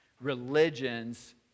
religions